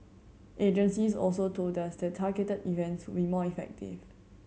agencies also told us that targeted events will be more effective